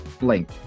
link